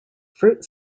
fruit